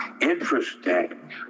interesting